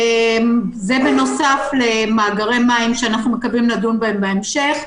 זה בנוסף למאגרי מים שאנחנו מקווים לדון בהם בהמשך.